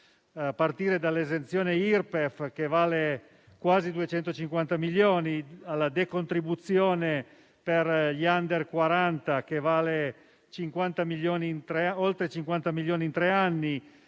citare l'esenzione Irpef, che vale quasi 250 milioni; la decontribuzione per gli *under* 40, che vale oltre 50 milioni in tre anni;